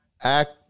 act